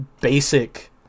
basic